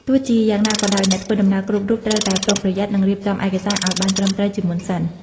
ទោះជាយ៉ាងណាក៏ដោយ អ្នកធ្វើដំណើរគ្រប់រូបត្រូវតែប្រុងប្រយ័ត្ននិងរៀបចំឯកសារឱ្យបានត្រឹមត្រូវជាមុនសិន។